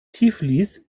tiflis